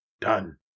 Done